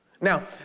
Now